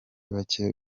bake